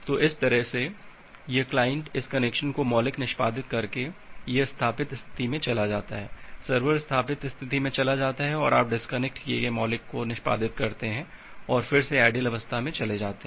तो इस तरह से यह क्लाइंट इस कनेक्शन का मौलिक निष्पादित करके यह स्थापित स्थिति में चला जाता है सर्वर स्थापित स्थिति में चला जाता है और आप डिस्कनेक्ट किए गए मौलिक को निष्पादित करते हैं और फिर से आइडियल अवस्था में चले जाते हैं